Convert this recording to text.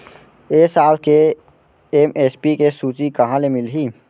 ए साल के एम.एस.पी के सूची कहाँ ले मिलही?